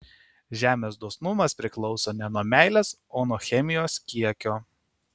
žemės dosnumas priklauso ne nuo meilės o nuo chemijos kiekio